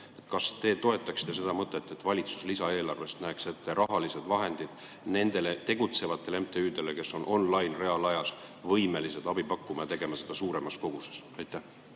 Kas te toetate seda mõtet, et valitsus näeks lisaeelarvest ette rahalised vahendid nendele tegutsevatele MTÜ-dele, kes ononline, reaalajas võimelised abi pakkuma ja tegema seda suuremas mahus? Aitäh!